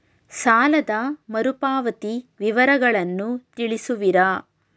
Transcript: ಸಾಲದ ಮರುಪಾವತಿ ವಿವರಗಳನ್ನು ತಿಳಿಸುವಿರಾ?